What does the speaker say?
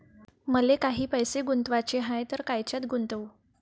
मले काही पैसे गुंतवाचे हाय तर कायच्यात गुंतवू?